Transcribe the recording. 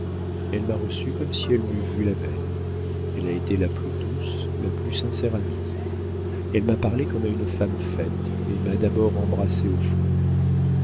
elle m'a reçue comme si elle m'eût vue la veille elle a été la plus douce la plus sincère amie elle m'a parlé comme à une femme faite et m'a d'abord embrassée au front